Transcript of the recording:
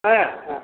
ஆ